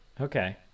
Okay